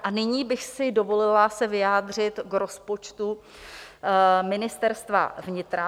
A nyní bych si dovolila se vyjádřit k rozpočtu Ministerstva vnitra.